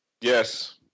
Yes